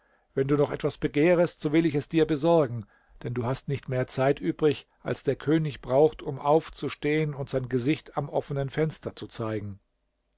wenn du noch etwas begehrest so will ich dir es besorgen denn du hast nicht mehr zeit übrig als der könig braucht um aufzustehen und sein gesicht am offenen fenster zu zeigen